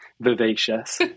vivacious